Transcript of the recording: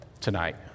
tonight